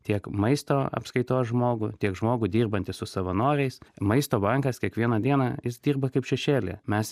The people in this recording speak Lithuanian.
tiek maisto apskaitos žmogų tiek žmogų dirbantį su savanoriais maisto bankas kiekvieną dieną jis dirba kaip šešėlyje mes